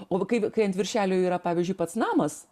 o va kai va kai ant viršelio yra pavyzdžiui pats namas